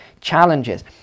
challenges